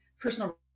personal